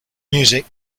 music